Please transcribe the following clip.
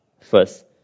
first